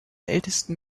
ältesten